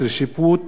15) (שיפוט